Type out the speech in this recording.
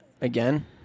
again